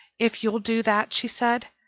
if you'll do that, she said,